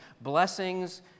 blessings